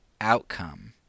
outcome